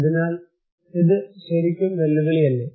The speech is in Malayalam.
അതിനാൽ ഇത് ശരിക്കും വെല്ലുവിളിയല്ലേ